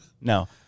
No